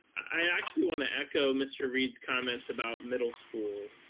i actually wanna echo mr. reid's comments about middle school.